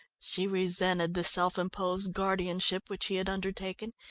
she resented the self-imposed guardianship which he had undertaken,